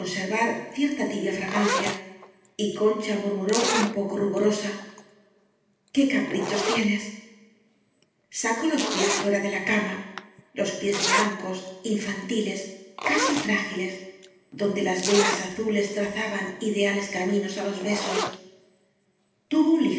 cierta tibia fragancia y concha murmuró un poco ruborosa qué caprichos tienes í sacó los pies fuera de la cama los pies blancos infantiles casi frágiles donde las venas azules trazaban ideales caminos á los besos tuvo